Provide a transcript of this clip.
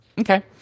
Okay